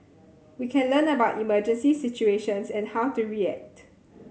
we can learn about emergency situations and how to react